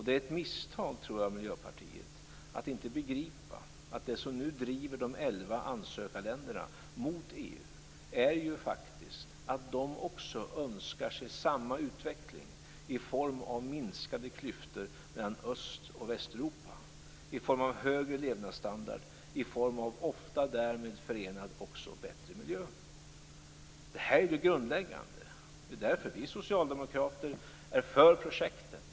Det är ett misstag, tror jag, av Miljöpartiet att inte begripa att det som nu driver de elva ansökarländerna mot EU faktiskt är att de önskar sig samma utveckling i form av minskade klyftor mellan Öst och Västeuropa, i form av högre levnadsstandard och i form av därmed ofta också förenad bättre miljö. Det här är ju det grundläggande. Det är därför vi socialdemokrater är för projektet.